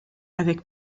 avec